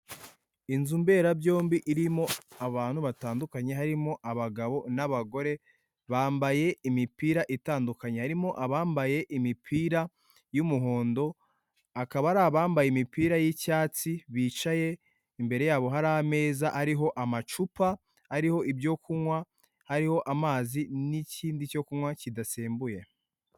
Ibikorwaremezo, imihanda, indabyo z'amoko atandukanye, inyubako ndende, akazu gato kubatse gasakaye aho abagenzi bicara bakaruhuka.